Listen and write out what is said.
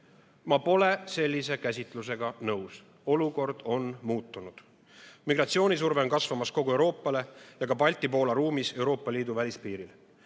Ma pole sellise käsitlusega nõus. Olukord on muutunud. Migratsioonisurve on kasvamas kogu Euroopale ja ka Balti-Poola ruumis Euroopa Liidu välispiiril.